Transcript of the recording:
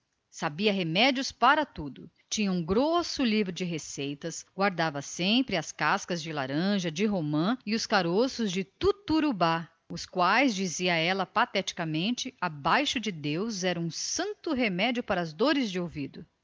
sabia remédios para tudo tinha um grosso livro de receitas que ela em geral trazia no bolso em casa uma variadíssima coleção de vidros garrafas e púcaros guardava sempre as cascas de laranja de romã e os caroços de tuturubá os quais dizia pateticamente abaixo de deus eram santo remédio para as dores de ouvido